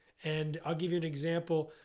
and i'll give you an example.